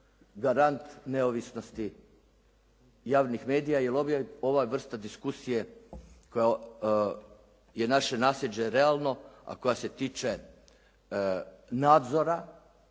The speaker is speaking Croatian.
garant neovisnosti javnih medija jer ova vrsta diskusije, kao, je naše nasljeđe realno a koja se tiče nadzora